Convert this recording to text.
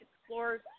explorers